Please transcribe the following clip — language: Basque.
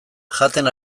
jaten